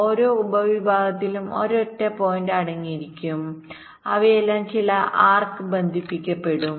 ഓരോ ഉപവിഭാഗത്തിലും ഒരൊറ്റ പോയിന്റ് അടങ്ങിയിരിക്കും അവയെല്ലാം ചില ആർക് ബന്ധിപ്പിക്കപ്പെടും